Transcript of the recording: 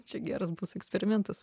čia geras bus eksperimentas